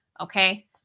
Okay